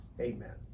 Amen